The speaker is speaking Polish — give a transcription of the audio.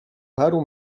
paru